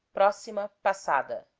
proxima passada